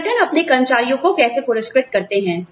संगठनअपने कर्मचारियों को कैसे पुरस्कृत करते है